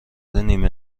نیمه